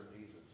Jesus